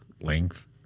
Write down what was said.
length